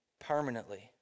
permanently